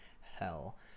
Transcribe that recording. hell